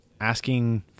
asking